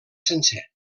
sencer